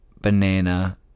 banana